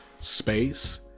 space